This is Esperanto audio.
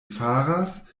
faras